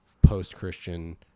post-Christian